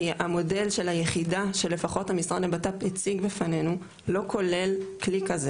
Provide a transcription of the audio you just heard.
כי המודל של היחידה שלפחות המשרד לבט"פ הציג בפנינו לא כולל כלי כזה